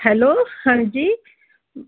hello ਹਾਂਜੀ